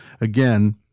again